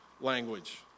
language